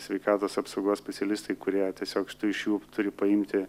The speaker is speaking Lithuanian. sveikatos apsaugos specialistai kurie tiesiog iš jų turi paimti